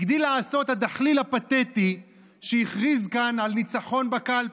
הגדיל לעשות הדחליל הפתטי שהכריז כאן על ניצחון בקלפי.